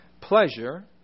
pleasure